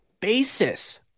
basis